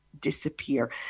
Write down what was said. disappear